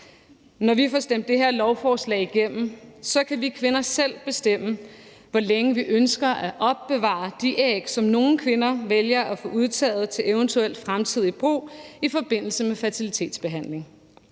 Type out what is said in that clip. Når vi får stemt det her lovforslag igennem, kan vi kvinder selv bestemme, hvor længe vi ønsker at opbevare de æg, som nogle kvinder vælger at få udtaget til eventuel fremtidig brug i forbindelse med fertilitetsbehandling